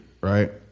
right